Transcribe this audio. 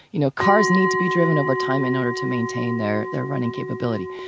you know, cars need to be driven over time in order to maintain their their running capability.